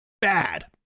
bad